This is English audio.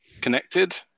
Connected